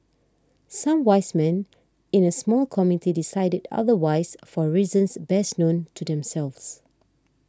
some 'wise men' in a small committee decided otherwise for reasons best known to themselves